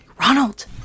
Ronald